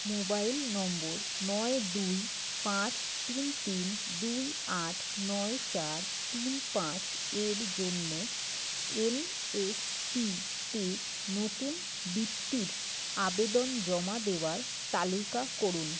mobile নম্বর নয় দুই পাঁচ তিন তিন দুই আট নয় চার তিন পাঁচ এর জন্য এনএসপিতে নতুন বৃত্তির আবেদন জমা দেওয়ার তালিকা করুন